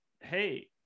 hey